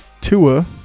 Tua